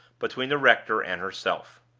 between the rector and herself.